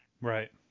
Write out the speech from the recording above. Right